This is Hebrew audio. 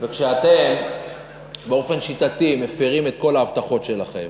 וכשאתם באופן שיטתי מפרים את כל ההבטחות שלכם,